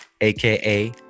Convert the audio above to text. aka